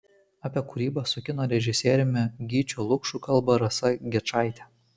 apie kūrybą su kino režisieriumi gyčiu lukšu kalba rasa gečaitė